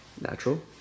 Natural